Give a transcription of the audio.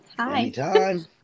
anytime